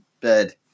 bed